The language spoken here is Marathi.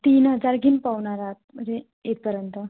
तीन हजार घेऊन पावनार हा म्हणजे येईपर्यंत